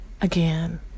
Again